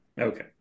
Okay